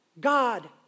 God